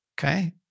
Okay